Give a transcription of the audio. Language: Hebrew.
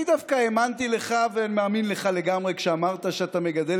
אני דווקא האמנתי לך ומאמין לך לגמרי כשאמרת שאתה מגדל